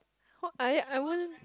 what I I won't